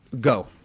go